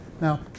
now